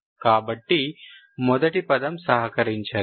కాబట్టి మొదటి పదం సహకరించదు